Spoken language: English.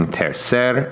tercer